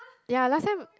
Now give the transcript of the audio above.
ya last time